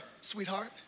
sweetheart